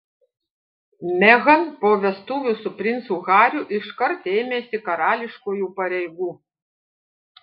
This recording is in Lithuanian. meghan po vestuvių su princu hariu iškart ėmėsi karališkųjų pareigų